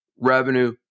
revenue